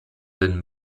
den